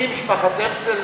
אני, משפחת הרצל,